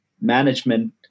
management